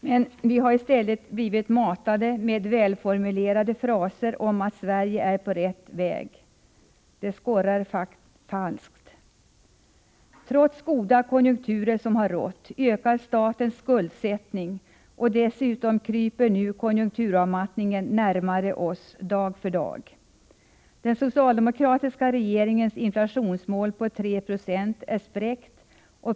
Men vi har i stället blivit matade med välformulerade fraser om att Sverige är på rätt väg. Det skorrar falskt. Trots de goda konjunkturer som har rått ökar statens skuldsättning, och dessutom kryper konjunkturavmattningen närmare oss dag för dag. Den socialdemokratiska regeringens inflationsmål på 3 96 är spräckt.